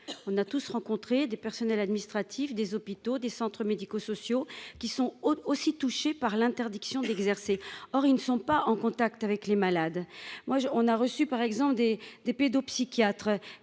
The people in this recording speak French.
on a tous rencontré des personnels administratifs des hôpitaux, des centres médico-sociaux qui sont aussi touchés par l'interdiction d'exercer, or ils ne sont pas en contact avec les malades, moi je, on a reçu par exemple des des pédopsychiatres